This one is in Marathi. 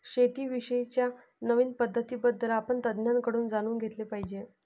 शेती विषयी च्या नवीन पद्धतीं बद्दल आपण तज्ञांकडून जाणून घेतले पाहिजे